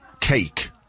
cake